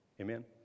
Amen